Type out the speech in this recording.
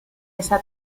esa